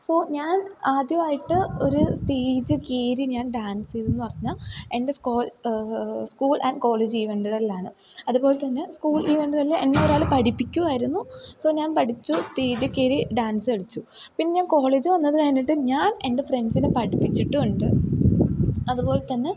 so ഞാൻ ആദ്യമായിട്ട് ഒരു സ്റ്റേജ് കയറി ഞാൻ ഡാൻസ് ചെയ്തതെന്നു പറഞ്ഞാൽ എൻ്റെ സ്കോ സ്കൂൾ ആൻഡ് കോളേജ് ഈവൻ്റുകളിലാണ് അതുപോലെത്തന്നെ സ്കൂൾ ഈവൻ്റുകളിൽ എന്നെ ഒരാൾ പഠിപ്പിക്കുകയായിരുന്നു സൊ ഞാൻ പഠിച്ചു സ്റ്റേജിൽ കയറി ഡാൻസു കളിച്ചു പിന്നെ ഞാൻ കോളേജ് വന്നത് കഴിഞ്ഞിട്ട് ഞാൻ എൻ്റെ ഫ്രണ്ട്സിനെ പഠിപ്പിച്ചിട്ടും ഉണ്ട് അതുപോലെത്തന്നെ